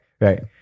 right